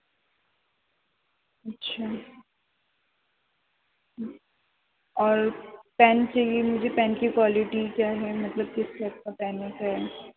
اچھا اور پین چاہیے مجھے پین کی کوالٹی کیا ہے مطلب کس ٹائپ کا پین ہے